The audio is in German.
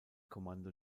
kommando